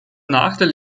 nachteil